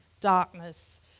darkness